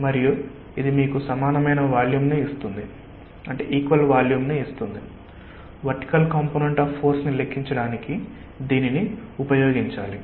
మరియు ఇది మీకు సమానమైన వాల్యూమ్ను ఇస్తుంది వర్టికల్ కాంపొనెంట్ ఆఫ్ ఫోర్స్ ని లెక్కించడానికి దీనిని ఉపయోగించాలి